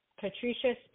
Patricia